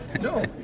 No